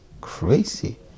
crazy